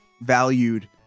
valued